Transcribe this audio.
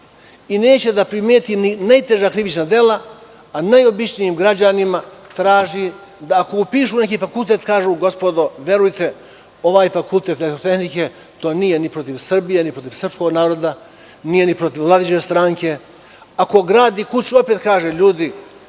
i neće da primeti ni najteža krivična dela, a najobičnijim građanima traži da ako upišu neki fakultet kažu – verujte ovaj fakultet nije protiv Srbije, ni protiv srpskog naroda, nije ni protiv vladajuće stranke. Ako grade kuću opet kažu – ljudi,